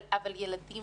אבל ילדים?